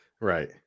Right